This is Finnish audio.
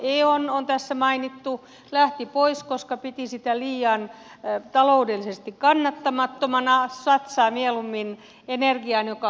on on tässä mainittu lähti pois koska piti sitä taloudellisesti liian kannattamattomana satsaa mieluummin energiaan joka on uusiutuvaa